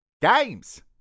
games